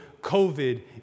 COVID